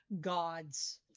gods